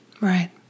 Right